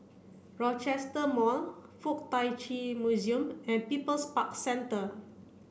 Rochester Mall Fuk Tak Chi Museum and People's Park Centre